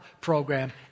program